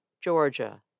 Georgia